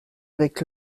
avec